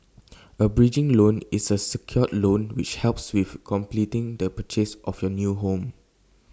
A bridging loan is A secured loan which helps with completing the purchase of your new home